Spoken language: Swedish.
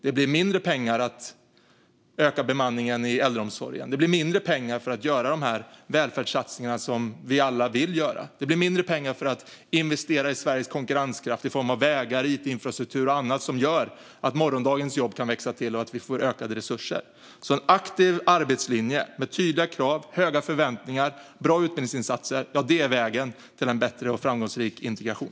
Det blir mindre pengar för att öka bemanningen i äldreomsorgen. Det blir mindre pengar för att göra de välfärdssatsningar som vi alla vill göra. Det blir mindre pengar för att investera i Sveriges konkurrenskraft - i form av vägar, it-infrastruktur och annat som gör att morgondagens jobb kan växa till och att vi får ökade resurser. En aktiv arbetslinje med tydliga krav, höga förväntningar och bra utbildningsinsatser är alltså vägen till en bättre och framgångsrik integration.